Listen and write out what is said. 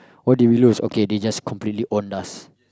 why did we lose okay they just completely owned us